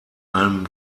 einem